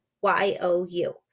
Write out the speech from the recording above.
Y-O-U